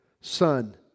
Son